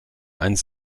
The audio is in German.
eins